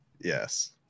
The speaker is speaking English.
Yes